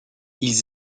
ils